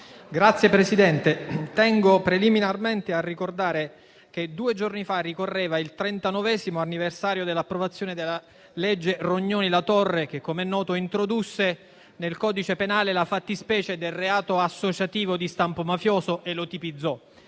Signor Presidente, tengo preliminarmente a ricordare che due giorni fa ricorreva il trentanovesimo anniversario dell'approvazione della legge Rognoni-La Torre, che, com'è noto, introdusse nel codice penale la fattispecie del reato associativo di stampo mafioso e lo tipizzò,